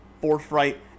forthright